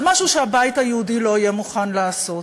זה משהו שהבית היהודי לא יהיה מוכן לעשות.